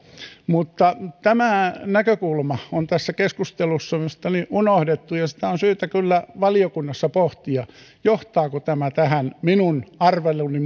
tämä näkökulma on tässä keskustelussa mielestäni unohdettu ja sitä on syytä kyllä valiokunnassa pohtia johtaako tämä tähän minun arveluni